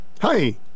Hi